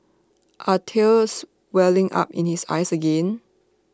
are tears welling up in his eyes again